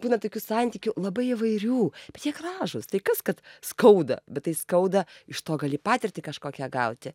būna tokių santykių labai įvairių bet jie gražūs tai kas kad skauda bet tai skauda iš to gali patirtį kažkokią gauti